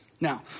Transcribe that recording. Now